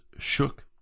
Shook